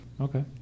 Okay